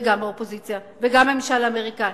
וגם הממשל האמריקני,